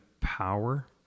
power